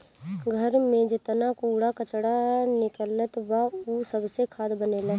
घर में जेतना कूड़ा करकट निकलत बा उ सबसे खाद बनेला